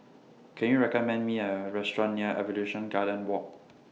Can YOU recommend Me A Restaurant near Evolution Garden Walk